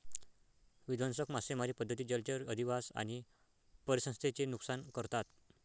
विध्वंसक मासेमारी पद्धती जलचर अधिवास आणि परिसंस्थेचे नुकसान करतात